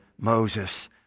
Moses